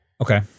okay